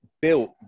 built